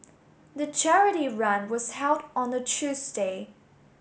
the charity run was held on a Tuesday